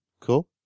Cool